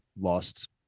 lost